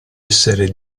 essere